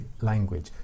language